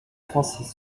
français